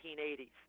1980s